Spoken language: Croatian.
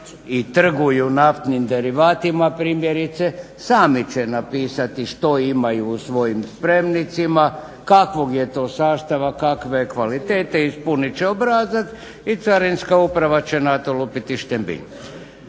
i trguju naftnim derivatima primjerice sami će napisati što imaju u svojim spremnicima, kakvog je to sastava, kakve je kvalitete, ispunit će obrazac i Carinska uprava će na to lupiti štambilj.